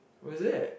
was it